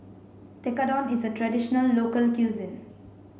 Tekkadon is a traditional local cuisine